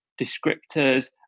descriptors